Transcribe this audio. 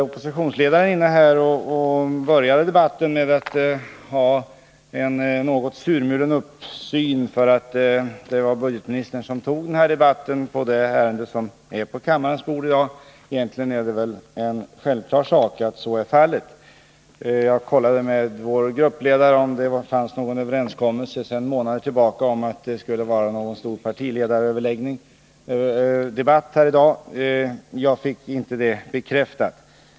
Oppositionsledaren, som inledde debatten, hade en något surmulen uppsyn på grund av att det är jag som representerar regeringen i denna debatt, trots att det egentligen är självklart att så är fallet. Jag kontrollerade med vår gruppledare om det sedan månader tillbaka finns någon överenskommelse om att det i dag skulle vara en stor partiledardebatt. Jag fick inte det bekräftat.